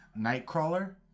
Nightcrawler